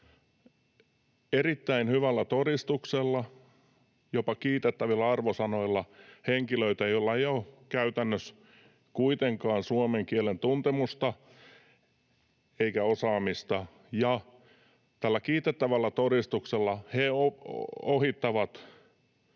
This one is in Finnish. erittäin hyvällä todistuksella, jopa kiitettävillä arvosanoilla, henkilöitä, joilla ei ole käytännössä kuitenkaan suomen kielen tuntemusta eikä osaamista, ja tällä kiitettävällä todistuksella he ohittavat